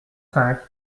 cinq